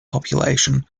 population